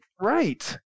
right